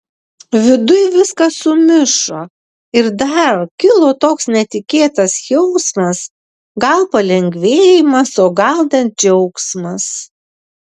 viduj viskas sumišo ir dar kilo toks netikėtas jausmas gal palengvėjimas o gal net džiaugsmas